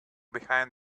behind